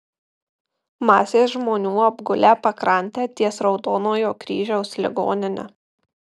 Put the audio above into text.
masės žmonių apgulę pakrantę ties raudonojo kryžiaus ligonine